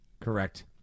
Correct